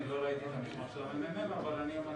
אני לא ראיתי את המסמך של הממ"מ אבל אני אומר